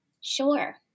Sure